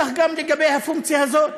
כך גם לגבי הפונקציה הזאת